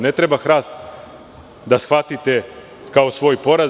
Ne treba hrast da shvatite kao svoj poraz.